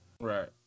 Right